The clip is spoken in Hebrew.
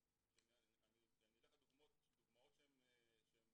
אני אלך לדוגמאות כמו במעון שהן